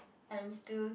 I'm still